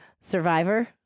Survivor